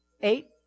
Eight